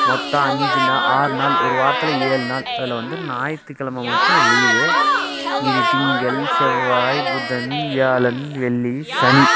மொத்தம் அஞ்சு நான் ஆறு நாள் ஒரு வாரத்தில் ஏழு நாள் அதில் வந்து ஞாயித்துக்கிழம மட்டும் லீவு மீதி திங்கள் செவ்வாய் புதன் வியாழன் வெள்ளி சனி